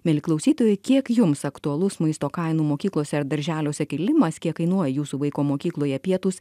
mieli klausytojai kiek jums aktualus maisto kainų mokyklose ar darželiuose kilimas kiek kainuoja jūsų vaiko mokykloje pietūs